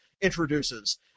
introduces